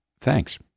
thanks